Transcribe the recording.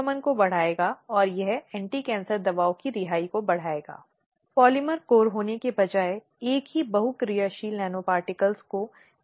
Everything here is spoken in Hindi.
इसलिए सही माहौल बनाना सही माहौल बनाना और शिकायत दर्ज करने के लिए आईसीसी के सदस्यों से मिलना और दूसरे पक्ष या प्रतिवादी के लिए भी यही करना बहुत महत्वपूर्ण है